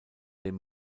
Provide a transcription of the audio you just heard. dem